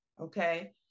okay